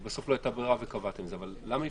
לא היתה ברירה וקבעתם את זה, אבל למה לא